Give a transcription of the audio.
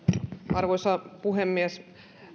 arvoisa puhemies